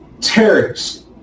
terrorists